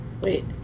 Wait